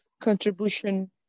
contribution